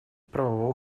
правового